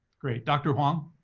great. dr. huang?